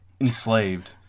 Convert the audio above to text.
Enslaved